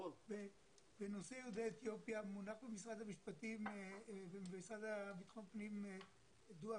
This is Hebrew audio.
בנושא יהודי אתיופיה מונח במשרד לבטחון פנים דוח